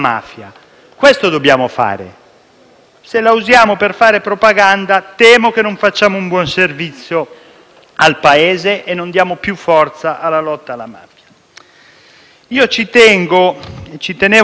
la mafia per fare propaganda, temo che non rendiamo un buon servizio al Paese e non diamo più forza alla lotta alla mafia. Ci tenevo a intervenire perché,